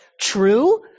true